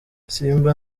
simba